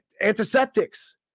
Antiseptics